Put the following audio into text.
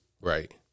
right